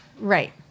Right